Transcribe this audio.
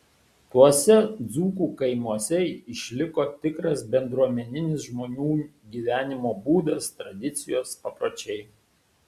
tuose dzūkų kaimuose išliko tikras bendruomeninis žmonių gyvenimo būdas tradicijos papročiai